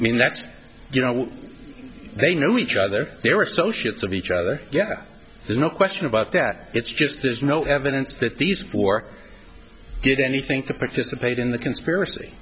mean that's you know they knew each other they were associates of each other yes there's no question about that it's just there's no evidence that these four did anything to participate in the conspiracy